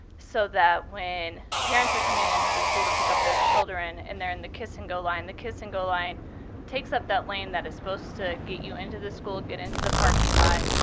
so that when parents are coming into the school to pick up their children and they're in the kiss and go line, the kiss and go line takes up that lane that is supposed to get you into the school, get into the parking lot.